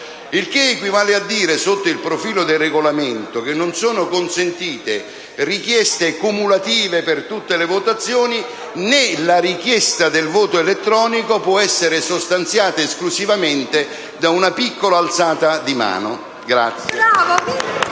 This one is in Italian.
Ciò equivale a dire, sotto il profilo del Regolamento, che non sono consentite richieste cumulative per tutte le votazioni, né la richiesta del voto elettronico può essere sostanziata esclusivamente da una piccola alzata di mano.